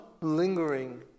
lingering